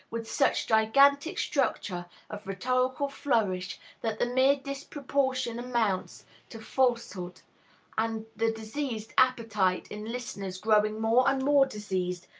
with such gigantic structure of rhetorical flourish, that the mere disproportion amounts to false-hood and, the diseased appetite in listeners growing more and more diseased,